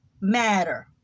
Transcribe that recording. matter